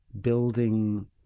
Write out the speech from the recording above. building